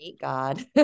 god